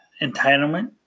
entitlement